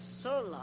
solar